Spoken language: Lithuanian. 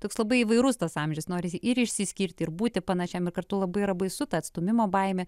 toks labai įvairus tas amžius norisi ir išsiskirti ir būti panašiam ir kartu labai yra baisu ta atstūmimo baimė